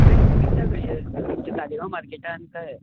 तुमी विकता कशे सालिगांव मार्केटान कळे